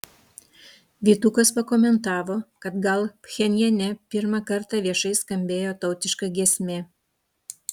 vytukas pakomentavo kad gal pchenjane pirmą kartą viešai skambėjo tautiška giesmė